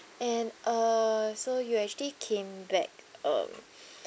and uh so you actually came back um